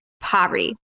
poverty